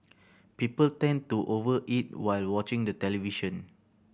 people tend to over eat while watching the television